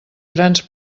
grans